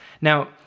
Now